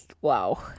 wow